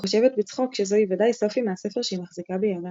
וחושבת בצחוק שזוהי ודאי סופי מהספר שהיא מחזיקה בידה.